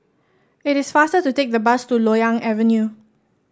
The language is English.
it is faster to take the bus to Loyang Avenue